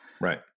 Right